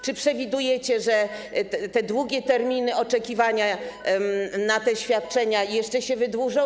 Czy przewidujecie, że długie terminy oczekiwania na te świadczenia jeszcze się wydłużą?